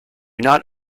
not